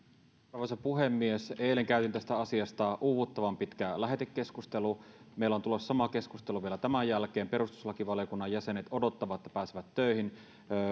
arvoisa puhemies eilen käytiin tästä asiasta uuvuttavan pitkä lähetekeskustelu ja meillä on tulossa sama keskustelu vielä tämän jälkeen perustuslakivaliokunnan jäsenet odottavat että pääsevät töihin